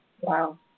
Wow